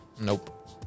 Nope